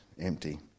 empty